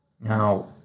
Now